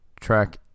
track